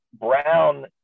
Brown